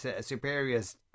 superior's